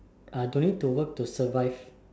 uh no need to work to survive